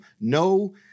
no